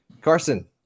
Carson